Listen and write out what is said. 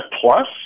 plus